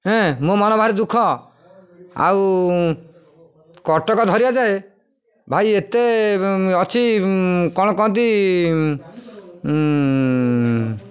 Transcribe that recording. ହଁ ମୋ ମନ ଭାରି ଦୁଃଖ ଆଉ କଟକ ଧରିଆଯାଏ ଭାଇ ଏତେ ଅଛି କ'ଣ କହନ୍ତି